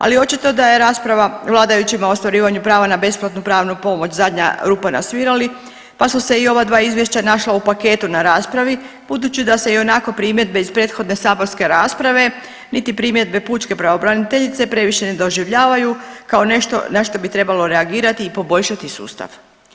Ali očito da je rasprava vladajućima o ostvarivanju prava na besplatnu pravnu pomoć zadnja rupa na svirali pa su se i ova dva izvješća naša u paketu na raspravi budući da se ionako primjedbe iz prethodne saborske rasprave niti primjedbe pučke pravobraniteljice previše ne doživljavaju kao nešto na što bi trebalo reagirati i poboljšati sustav.